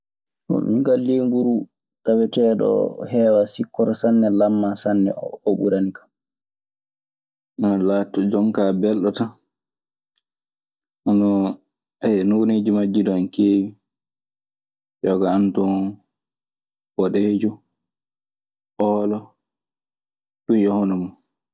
min kaa leeburu taweteeɗo oo, o heewaa sikkoro sanne, lammaa sanne oo. Oo ɓuranikan. laatoto jo kaaa belɗo tan. Hono, nooneeji majji duu ana keewi. Yoga ana ton boɗeejo, oolo Ɗun e hono mun.